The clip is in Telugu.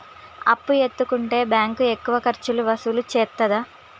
అప్పు ఎత్తుకుంటే బ్యాంకు ఎక్కువ ఖర్చులు వసూలు చేత్తదా?